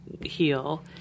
heal